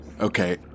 Okay